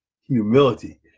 humility